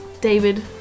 David